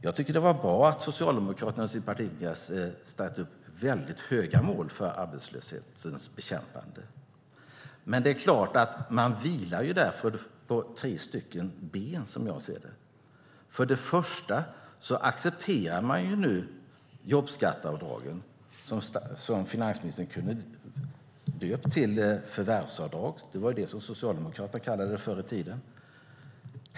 Jag tycker att det var bra att Socialdemokraterna på sin partikongress satte upp väldigt höga mål för arbetslöshetens bekämpande. Men det är klart att man därför vilar på tre ben, som jag ser det. Det första är att man nu accepterar jobbskatteavdragen, som finansministern kunde ha döpt till förvärvsavdrag. Det var det som Socialdemokraterna kallade det förr i tiden.